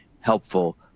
helpful